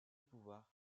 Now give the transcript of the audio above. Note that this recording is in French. pouvoir